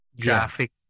graphic